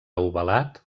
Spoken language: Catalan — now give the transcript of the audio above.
ovalat